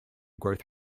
growth